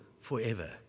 forever